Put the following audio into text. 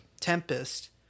Tempest